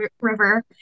River